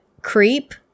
Creep